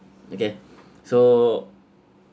okay so